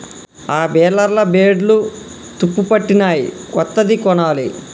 ఆ బేలర్ల బ్లేడ్లు తుప్పుపట్టినయ్, కొత్తది కొనాలి